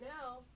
now